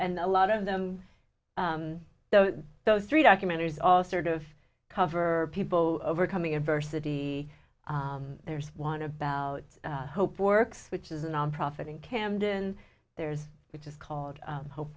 and a lot of them so those three documentaries all sort of cover people overcoming adversity there's one about hope works which is a nonprofit in camden theirs which is called hope